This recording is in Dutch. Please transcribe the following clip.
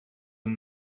een